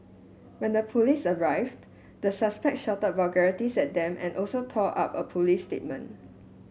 when the police arrived the suspect shouted vulgarities at them and also tore up a police statement